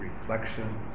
reflection